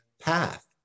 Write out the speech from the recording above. path